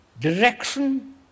direction